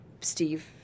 Steve